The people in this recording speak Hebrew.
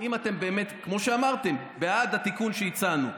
אם אתם, כמו שאמרתם, באמת בעד התיקון שהצענו,